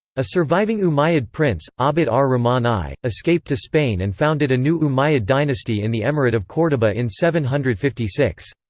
a surviving umayyad prince, abd-ar-rahman i, escaped to spain and founded a new umayyad dynasty in the emirate of cordoba in seven hundred and fifty six.